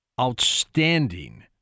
outstanding